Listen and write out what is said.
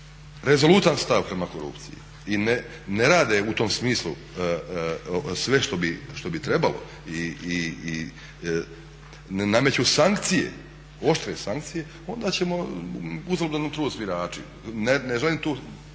rezolutan stav prema korupciji i ne rade u tom smislu sve što bi trebalo i ne nameću sankcije, oštre sankcije onda ćemo uzaludan trud svirači, ne želim tu